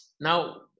Now